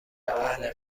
اهل